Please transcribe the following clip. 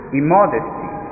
immodesty